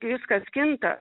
viskas kinta